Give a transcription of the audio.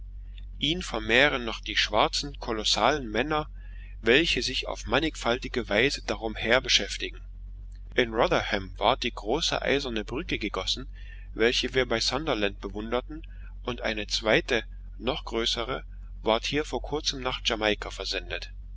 ihn vermehren noch die schwarzen kolossalen männer welche sich auf mannigfaltige weise darum her beschäftigen in rotherham ward die große eiserne brücke gegossen die wir bei sunderland bewunderten und eine zweite noch größere ward hier vor kurzem nach jamaika versendet